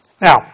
Now